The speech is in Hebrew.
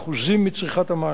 7% מצריכת המים.